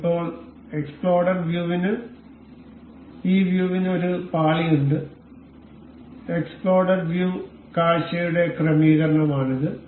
ഇപ്പോൾ എക്സ്പ്ലോഡഡ് വ്യൂവിന് ഈ വ്യൂവിന് ഒരു പാളി ഉണ്ട് എക്സ്പ്ലോഡഡ് വ്യൂ കാഴ്ചയുടെ ക്രമീകരണമാണിത്